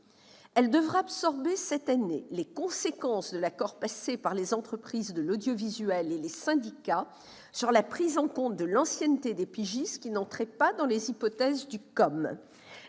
Elle devra absorber cette année les conséquences de l'accord passé par les entreprises de l'audiovisuel et les syndicats sur la prise en compte de l'ancienneté des pigistes, qui n'entrait pas dans les hypothèses du COM.